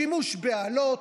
שימוש באלות,